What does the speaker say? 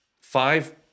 five